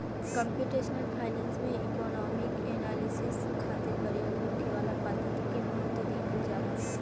computational finance में economic analysis खातिर प्रयोग होखे वाला पद्धति के महत्व दीहल जाला